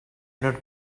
not